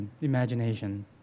imagination